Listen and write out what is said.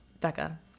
Becca